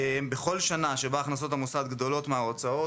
בכל שנה שבה הכנסות המוסד גדולות מההוצאות,